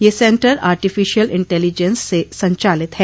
यह centre artificial intelligence से संचालित है